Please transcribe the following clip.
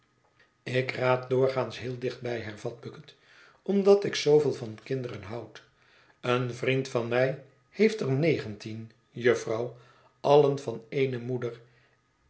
ik raad doorgaans heel dichtbij hervat bucket omdat ik zooveel van kinderen houd een vriend van mij heeft er negentien jufvrouw allen van ééne moeder